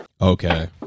Okay